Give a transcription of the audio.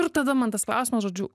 ir tada man tas klausimas žodžiu